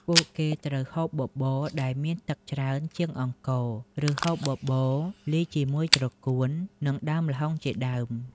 ពួកគេត្រូវហូបបបរដែលមានទឹកច្រើនជាងអង្ករ ឬហូបបបរលាយជាមួយត្រកួន និង ដើមល្ហុងជាដើម។